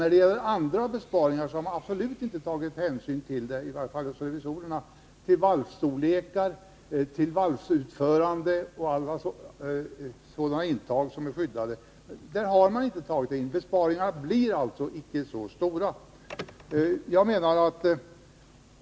När det gäller andra besparingar har i varje fall inte revisorerna tagit hänsyn till valvstorlekar, valvutförande och annat sådant. Besparingarna blir alltså inte så stora.